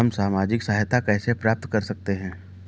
हम सामाजिक सहायता कैसे प्राप्त कर सकते हैं?